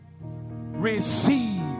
receive